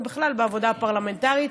ובכלל בעבודה הפרלמנטרית.